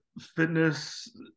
fitness